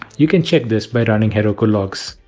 you can check this by running heroku logs.